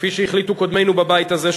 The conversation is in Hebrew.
כפי שהחליטו קודמינו בבית הזה,